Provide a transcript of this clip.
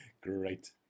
Great